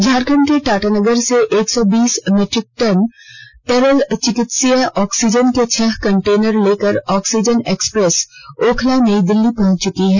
झारखंड के टाटानगर से एक सौ बीस मीट्रिक टन तरल चिकित्सा ऑक्सीजन के छह कंटेनर लेकर ऑक्सीजन एक्सप्रेस ओखला नई दिल्ली पहुंच चुकी है